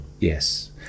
Yes